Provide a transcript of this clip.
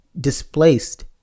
displaced